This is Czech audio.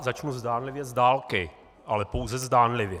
Začnu zdánlivě zdálky, ale pouze zdánlivě.